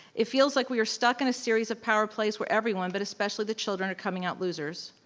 it feels like we are stuck in a series of power plays where everyone, but especially the children, are coming out losers.